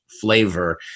flavor